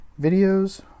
videos